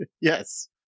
Yes